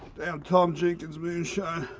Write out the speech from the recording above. damn tom jenkins moonshine.